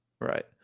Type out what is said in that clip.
Right